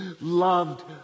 loved